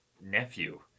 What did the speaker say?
nephew